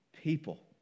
people